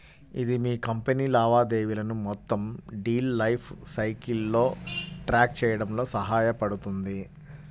ఇది మీ కంపెనీ లావాదేవీలను మొత్తం డీల్ లైఫ్ సైకిల్లో ట్రాక్ చేయడంలో సహాయపడుతుంది